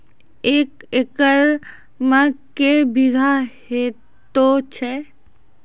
एक एकरऽ मे के बीघा हेतु छै?